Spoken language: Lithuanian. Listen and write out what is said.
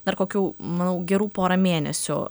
dar kokių manau gerų pora mėnesių